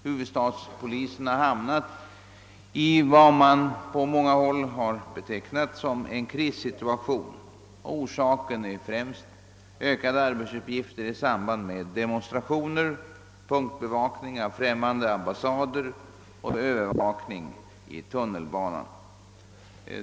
Huvudstadspolisen har hamnat i vad man på många håll har betecknat som en krissituation. Orsaken härtill är främst ökade arbetsuppgifter i samband med demonstrationer, punktbevakning av främmande ambassader samt övervakning vid tunnelbanan.